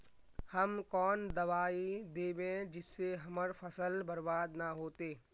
हम कौन दबाइ दैबे जिससे हमर फसल बर्बाद न होते?